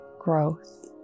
growth